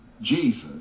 Jesus